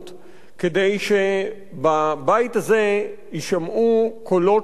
כדי שבבית הזה יישמעו קולות שונים,